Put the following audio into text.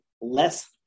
less